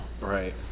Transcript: Right